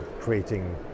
creating